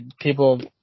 people –